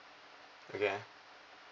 okay ah